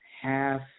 half